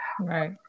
right